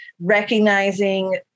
recognizing